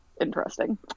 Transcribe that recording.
Interesting